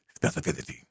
specificity